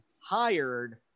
hired